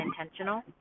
intentional